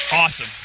Awesome